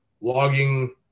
logging